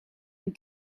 een